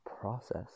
process